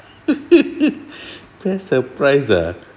best surprise ah